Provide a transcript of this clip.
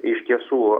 iš tiesų